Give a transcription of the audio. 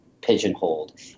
pigeonholed